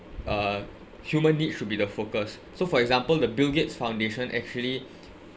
uh human need should be the focus so for example the bill gates foundation actually